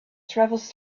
travels